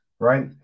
Right